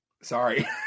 sorry